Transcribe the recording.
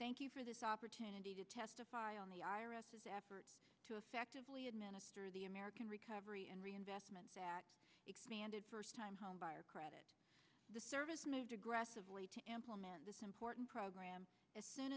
thank you for this opportunity to testify on the irises effort to effectively administer the american recovery and reinvestment that expanded first time home buyer credit the service moved aggressively to implement this important program as soon